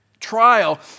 trial